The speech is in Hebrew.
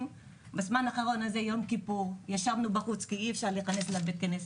בזמן הזה של יום כיפור ישבנו בחוץ כי אי אפשר להיכנס לבית הכנסת.